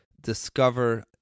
discover